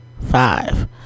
five